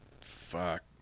Fuck